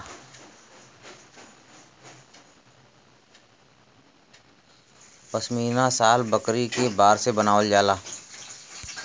पश्मीना शाल बकरी के बार से बनावल जाला